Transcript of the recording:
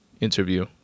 interview